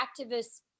activists